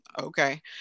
okay